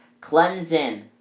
Clemson